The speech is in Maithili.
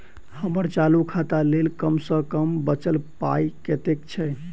हम्मर चालू खाता लेल कम सँ कम बचल पाइ कतेक छै?